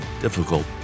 difficult